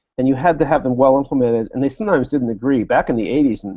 and you had to have them well-implemented, and they sometimes didn't agree. back in the eighty s, and